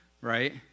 right